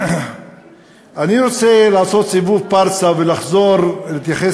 אני רוצה לעשות סיבוב פרסה ולחזור להתייחס